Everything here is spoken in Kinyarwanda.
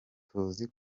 tuzi